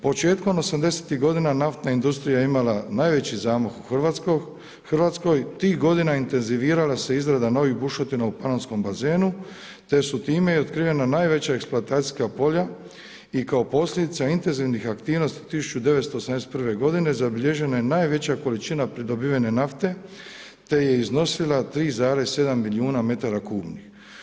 Početkom 80-ih godina naftna industrija je imala najveći zamah u Hrvatskoj, tih godina intenzivirala se izrada novih bušotina u panonskom bazenu te su time otkrivena najveća eksploatacijska polja i kao posljedica intenzivnih aktivnosti 1981. godine, zabilježena je najveća količina pridobivene nafte te je iznosila 3,7 milijuna metara kubnih.